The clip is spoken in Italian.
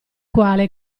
quale